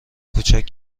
کوچک